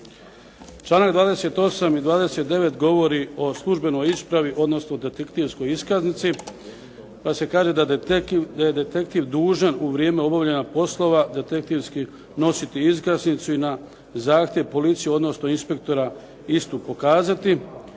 Članak 28. i 29. govori o službenoj ispravi, odnosno detektivskoj iskaznici pa se kaže da je detektiv dužan u vrijeme obavljanja poslova detektivskih nositi iskaznicu i na zahtjev policije odnosno inspektora istu pokazati.